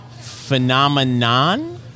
phenomenon